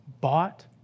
bought